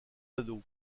ados